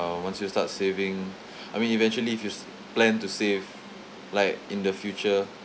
uh once you start saving I mean eventually if you s~ plan to save like in the future